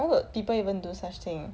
what would people even do such thing